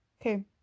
okay